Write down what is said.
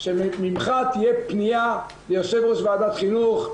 שממך תהיה פנייה ליושב ראש ועדת חינוך,